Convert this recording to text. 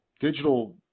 digital